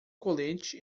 colete